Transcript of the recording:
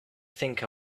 think